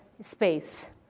space